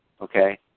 okay